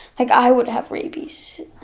like i would have rabies.